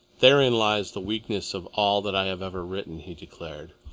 therein lies the weakness of all that i have ever written, he declared.